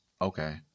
Okay